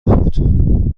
بود